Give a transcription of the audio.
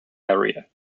area